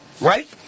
right